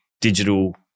digital